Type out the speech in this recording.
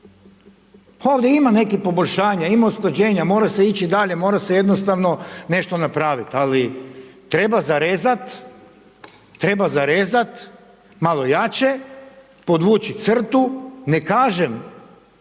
ovdje ima nekih poboljšanja, ima usklađenja, mora se ići dalje, mora se jednostavno nešto napraviti ali treba zarezat, treba zarezat malo jače, podvući crtu, ne kažem